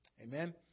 Amen